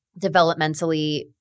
developmentally –